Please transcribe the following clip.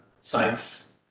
Science